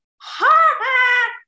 ha